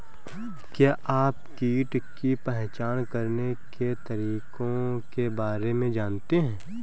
क्या आप कीट की पहचान करने के तरीकों के बारे में जानते हैं?